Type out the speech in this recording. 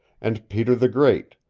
and peter the great,